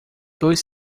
dois